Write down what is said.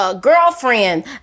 girlfriend